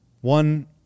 one